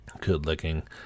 Good-looking